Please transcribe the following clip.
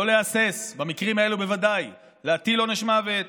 לא להסס, במקרים האלה בוודאי, להטיל עונש מוות,